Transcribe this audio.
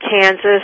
Kansas